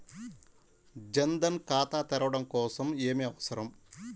జన్ ధన్ ఖాతా తెరవడం కోసం ఏమి అవసరం?